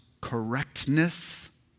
correctness